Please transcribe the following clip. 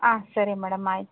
ಹಾಂ ಸರಿ ಮೇಡಮ್ ಆಯಿತು